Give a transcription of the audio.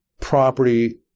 property